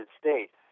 States